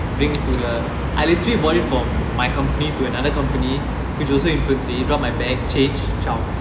bring to the I literally bought it from my company to another company which also infantry drop my bag change zao